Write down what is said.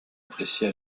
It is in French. appréciés